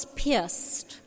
pierced